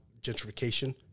gentrification